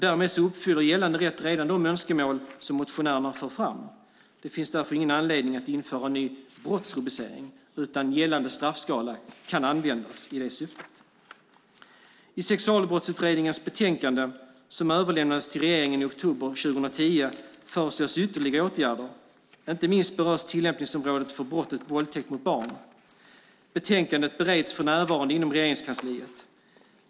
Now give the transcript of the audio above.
Därmed uppfyller gällande rätt redan de önskemål som motionärerna för fram. Det finns därför ingen anledning att införa en ny brottsrubricering utan gällande straffskala kan användas i det syftet. I Sexualbrottsutredningens betänkande, som överlämnades till regeringen i oktober 2010, föreslås ytterligare åtgärder, inte minst berörs tillämpningsområdet för brottet våldtäkt mot barn. Betänkandet bereds för närvarande inom Regeringskansliet.